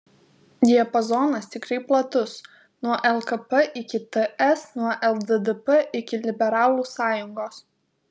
diapazonas tikrai platus nuo lkp iki ts nuo lddp iki liberalų sąjungos